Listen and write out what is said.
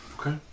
Okay